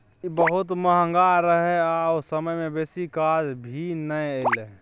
ई बहुत महंगा रहे आ ओ समय में बेसी काज भी नै एले